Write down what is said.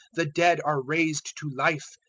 the dead are raised to life,